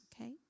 Okay